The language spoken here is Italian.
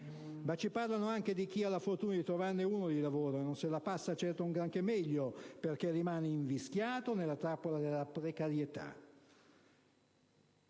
ci parlano anche di chi ha la fortuna di trovarne uno di lavoro e non se la passa certo un granché meglio, perché rimane invischiato nella trappola della precarietà